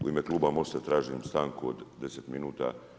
U ime kluba MOST-a tražim stanku od 10 minuta.